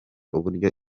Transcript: uburyo